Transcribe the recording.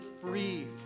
free